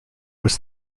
was